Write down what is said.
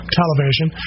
television